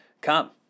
come